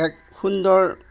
এক সুন্দৰ